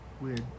weird